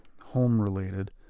home-related